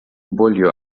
болью